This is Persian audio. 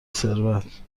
ثروت